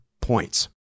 points